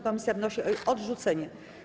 Komisja wnosi o jej odrzucenie.